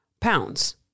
pounds